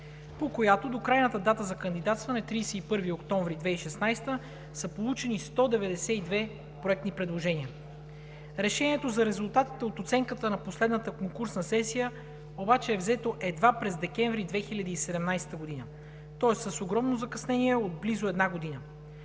по която до крайната дата за кандидатстване – 31 октомври 2016 г., са получени 192 проектни предложения. Решението за резултатите от оценката на последната конкурсна сесия е взето едва през декември 2017 г., тоест с огромно закъснение от близо една година.